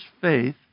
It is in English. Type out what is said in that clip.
faith